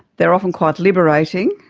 they're often quite liberating,